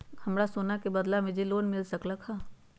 हमरा सोना के बदला में लोन मिल सकलक ह?